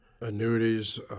annuities